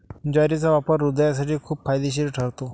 ज्वारीचा वापर हृदयासाठी खूप फायदेशीर ठरतो